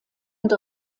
und